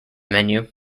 menu